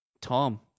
Tom